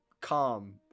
calm